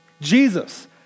Jesus